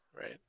right